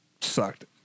sucked